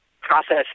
process